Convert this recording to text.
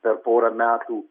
per porą metų